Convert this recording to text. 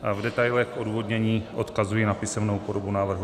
V detailech odůvodnění odkazuji na písemnou formu návrhu.